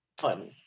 fun